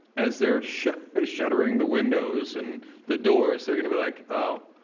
as they're shuttering shuttering the windows and the doors, they're going to be like, oh,